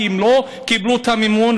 כי הם לא קיבלו את המימון,